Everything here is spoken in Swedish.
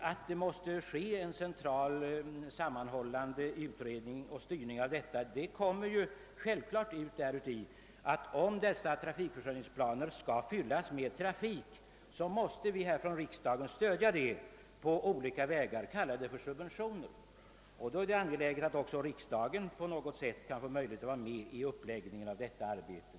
Att det måste ske en central samordning är uppenbart redan av det skälet, att riksdagen måste stödja dessa planer på olika sätt — kalla det gärna för subventioner. Då är det angeläget att riksdagen får möjligheter att på något sätt få vara med redan vid uppläggningen av detta arbete.